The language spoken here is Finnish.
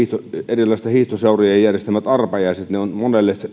erilaisten hiihtoseurojen järjestämät arpajaiset ovat monelle